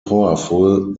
powerful